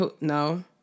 No